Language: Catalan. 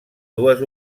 dues